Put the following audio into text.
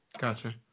Gotcha